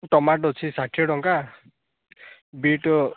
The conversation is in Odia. ଟମାଟୋ ଅଛି ଷାଠିଏ ଟଙ୍କା ବିଟ୍